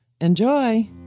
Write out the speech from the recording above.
Enjoy